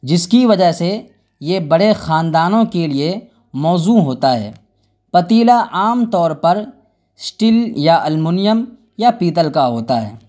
جس کی وجہ سے یہ بڑے خاندانوں کے لیے موزوں ہوتا ہے پتیلا عام طور پر اسٹیل یا المونیم یا پیتل کا ہوتا ہے